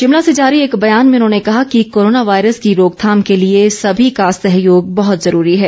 शिमला से जारी एक बयान में उन्होंने कहा कि कोरोना वायरस की रोकथाम के लिए सभी का सहयोग बहत जरूरी है